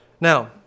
Now